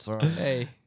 Hey